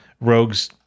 Rogues